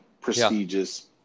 prestigious